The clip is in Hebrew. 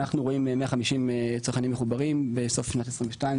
אנחנו רואים 150 צרכנים מחוברים בסוף שנת 2022,